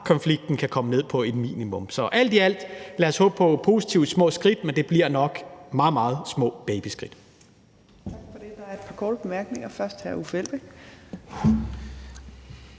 kan komme ned på et minimum. Så alt i alt: Lad os håbe på små positive skridt, men det bliver nok meget, meget små babyskridt.